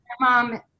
mom